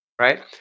right